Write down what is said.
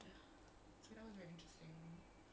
and then it's like !whoa! full frontal !wow!